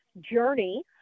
journey